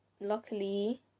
Luckily